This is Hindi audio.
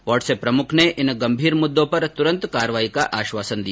व्हाट्स ऐप प्रमुख ने इन गंभीर मुद्दों पर तुरंत कार्रवाई का आश्वासन दिया